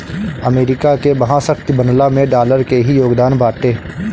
America के महाशक्ति बनला में डॉलर के ही योगदान बाटे